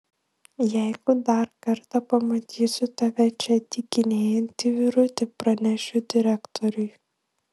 jeigu dar kartą pamatysiu tave čia dykinėjantį vyruti pranešiu direktoriui